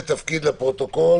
ומבחינת המרחק לבתים וסביבם?